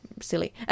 silly